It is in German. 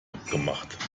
abgemacht